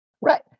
Right